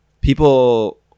people